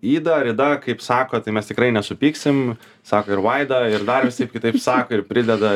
yda ar ida kaip sako tai mes tikrai nesupyksim sako ir vaida ir dar visaip kitaip sako ir prideda